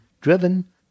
driven